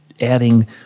adding